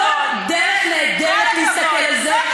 זאת דרך נהדרת להסתכל על זה,